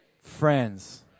friends